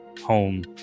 home